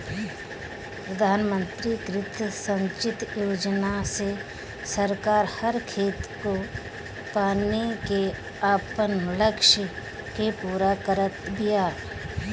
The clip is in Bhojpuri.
प्रधानमंत्री कृषि संचित योजना से सरकार हर खेत को पानी के आपन लक्ष्य के पूरा करत बिया